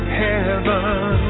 heaven